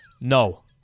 No